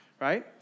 right